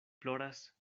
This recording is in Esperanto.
ploras